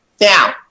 Now